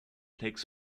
takes